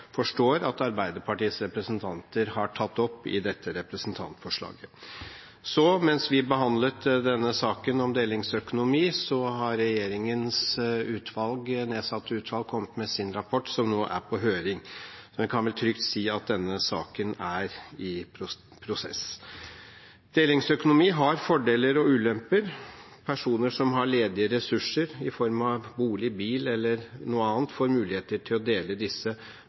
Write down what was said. forstår at Arbeiderpartiets representanter har tatt opp i dette representantforslaget. Mens vi behandlet saken om delingsøkonomi, har regjeringens nedsatte utvalg kommet med sin rapport, som nå er på høring. Man kan vel trygt si at denne saken er i prosess. Delingsøkonomi har fordeler og ulemper. Personer som har ledige ressurser i form av bolig, bil eller noe annet, får muligheter til å dele disse